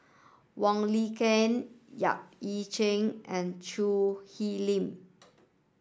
Wong Lin Ken Yap Ee Chian and Choo Hwee Lim